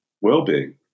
well-being